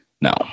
No